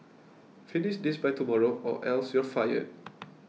finish this by tomorrow or else you'll fired